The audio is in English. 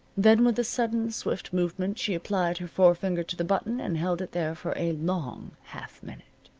then with a sudden swift movement she applied her forefinger to the button and held it there for a long half-minute.